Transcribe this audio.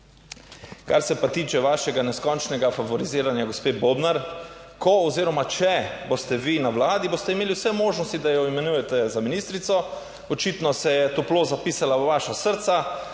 Kar se pa tiče vašega neskončnega favoriziranja gospe Bobnar, ko oziroma če boste vi na Vladi boste imeli vse možnosti, da jo imenujete za ministrico. Očitno se je toplo zapisala v vaša srca.